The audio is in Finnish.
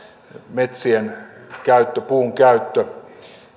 metsien käyttö puun käyttö